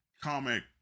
comic